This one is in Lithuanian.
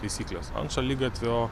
taisykles ant šaligatvio